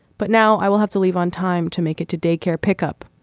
but now i will have to leave on time to make it to daycare pickup.